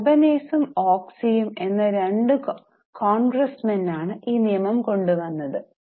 സർബനേസും ഓക്സ്ലിയും എന്ന രണ്ടു കോൺഗ്രെസ്സ്മെൻ ആണ് ഈ നിയമം കൊണ്ടുവന്നത്